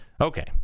Okay